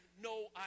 no